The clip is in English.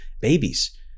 babies